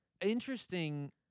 interesting